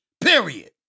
Period